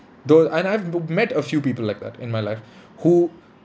though and I've m~ met a few people like that in my life who